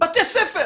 בתי ספר.